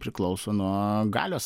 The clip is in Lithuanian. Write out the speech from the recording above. priklauso nuo galios